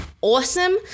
awesome